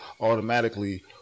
automatically